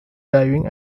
diving